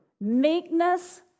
Meekness